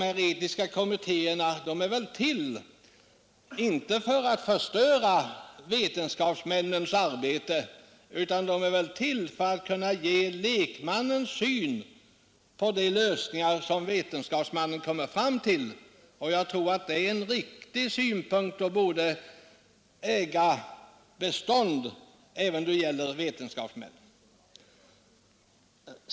De etiska kommittéerna torde ha bildats, inte för att förstöra vetenskapsmännens arbete utan för att kunna ge lekmännens syn på de lösningar som vetenskapsmännen kommer fram till. Jag tror att det är en riktig synpunkt, som borde äga bestånd även då det gäller vetenskapsmän.